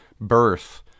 birth